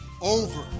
over